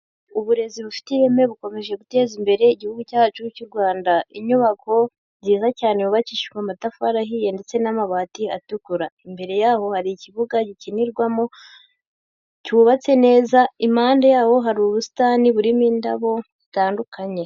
Uburezi bufite ireme bukomeje guteza imbere igihugu cyacu cy'u Rwanda. Inyubako nziza cyane yubakishijwe amatafari ahiye ndetse n'amabati atukura; imbere yaho hari ikibuga gikinirwamo cyubatse neza, impande yaho hari ubusitani burimo indabo zitandukanye.